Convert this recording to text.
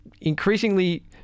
increasingly